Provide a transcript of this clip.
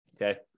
Okay